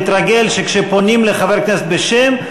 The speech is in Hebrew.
תתרגל שכשפונים לחבר כנסת בשם,